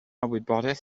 wybodaeth